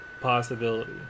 possibility